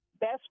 best